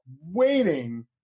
waiting